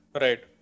right